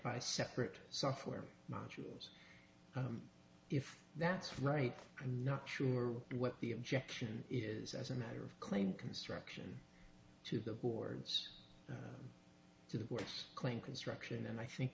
by separate software modules if that's right i'm not sure what the objection is as a matter of claim construction to the boards to the workers claim construction and i think